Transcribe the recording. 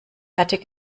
fertig